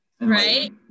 Right